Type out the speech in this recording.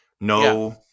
No